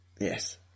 yes